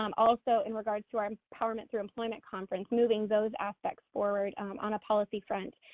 um also in regards to our empowerment through employment conference, moving those aspects forward on a policy front,